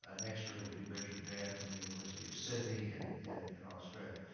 ah next year, it'll be richard vann from the university of sydney in in australia.